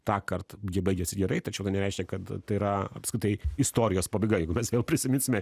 tąkart ji baigiasi gerai tačiau tai nereiškia kad tai yra apskritai istorijos pabaiga jeigu mes vėl prisiminsime